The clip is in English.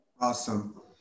Awesome